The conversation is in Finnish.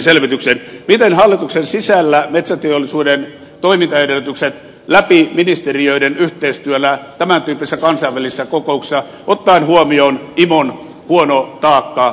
miten hallituksen sisällä metsäteollisuuden toimintaedellytykset läpi ministeriöiden yhteistyöllä tämäntyyppisessä kansainvälisessä kokouksessa ottaen huomioon imon huono taakka jatkossa turvataan